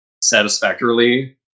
satisfactorily